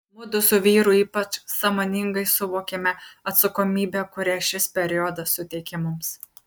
mudu su vyru ypač sąmoningai suvokėme atsakomybę kurią šis periodas suteikė mums